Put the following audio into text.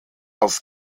aus